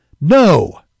No